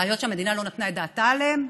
בעיות שהמדינה לא נתנה את דעתה עליהן,